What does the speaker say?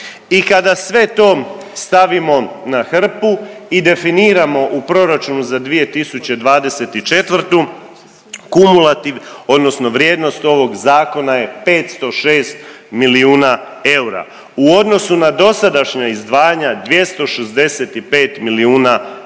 I kada sve to stavimo na hrpu i definiramo u proračunu za 2024. kumulativ odnosno vrijednost ovog zakona je 506 milijuna eura u odnosu na dosadašnja izdvajanja 265 milijuna više.